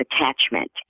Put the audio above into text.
attachment